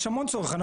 יש המון צורך.